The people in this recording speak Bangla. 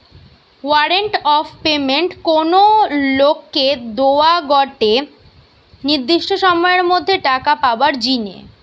ওয়ারেন্ট অফ পেমেন্ট কোনো লোককে দোয়া গটে নির্দিষ্ট সময়ের মধ্যে টাকা পাবার জিনে